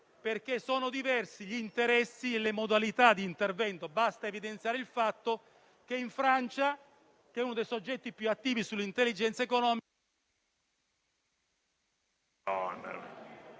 che sono diversi gli interessi e le modalità di intervento: basta pensare alla Francia, che è uno dei soggetti più attivi sull'*intelligence* economica ...